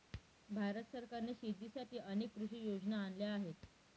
भारत सरकारने शेतीसाठी अनेक कृषी योजना आणल्या आहेत